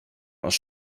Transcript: aus